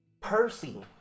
Percy